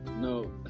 no